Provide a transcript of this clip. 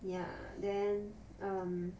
ya then um